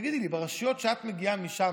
תגידי לי, ברשויות שאת מגיעה מהן,